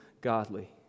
godly